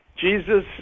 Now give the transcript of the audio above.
Jesus